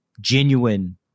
genuine